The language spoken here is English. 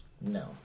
No